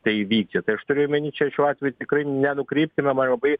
tai vykti tai aš turiu omeny čia šiuo atveju tikrai nenukrypkime man labai